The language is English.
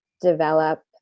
develop